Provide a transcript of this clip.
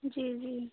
जी जी